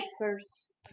first